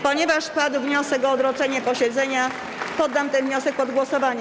Ponieważ padł wniosek o odroczenie posiedzenia, poddam ten wniosek pod głosowanie.